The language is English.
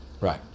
Right